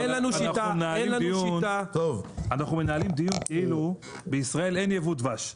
אין לנו שיטה --- אנחנו מנהלים דיון כאילו בישראל אין ייבוא דבש.